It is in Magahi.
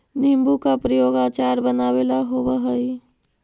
नींबू का प्रयोग अचार बनावे ला होवअ हई